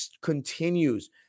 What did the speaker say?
continues –